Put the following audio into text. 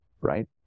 right